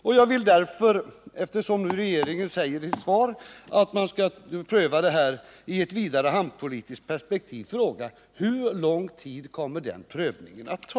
Eftersom kommunikationsministern i sitt svar säger att regeringen skall pröva detta ärende i ett vidare hamnpolitiskt perspektiv vill jag fråga: Hur lång tid kommer denna prövning att ta?